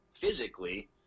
physically